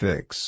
Fix